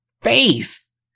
face